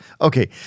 Okay